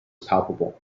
palpable